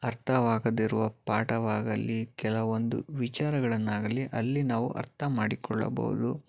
ಅರ್ಥವಾಗದಿರುವ ಪಾಠವಾಗಲಿ ಕೆಲವೊಂದು ವಿಚಾರಗಳನ್ನಾಗಲಿ ಅಲ್ಲಿ ನಾವು ಅರ್ಥ ಮಾಡಿಕೊಳ್ಳಬೌದು